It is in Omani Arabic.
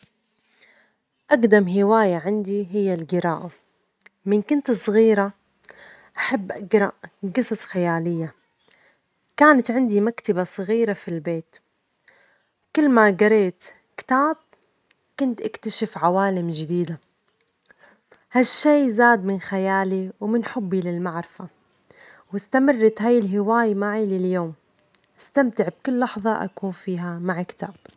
أجدم هواية عندي هي الجراءة، من كنت صغيرة أحب أجرأ جصص خيالية، كانت عندي مكتبة صغيرة في البيت، كل ما جريت كتاب كنت أكتشف عوالم جديدة ،ها الشئ زاد من خيالي و من حبي للمعرفة ، وإستمرت هاي الهواية عندي إلي اليوم ، أستمتع بكل لحظة أكون فيها مع الكتاب.